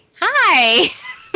Hi